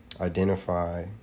identify